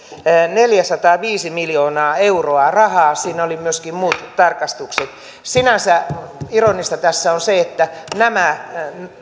neljäsataaviisi miljoonaa euroa rahaa siinä olivat myöskin muut tarkastukset sinänsä ironista tässä on se että nämä